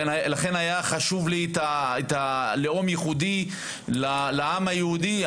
לכן היה חשוב לי לאום ייחודי לעם היהודי.